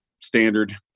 Standard